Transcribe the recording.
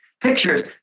pictures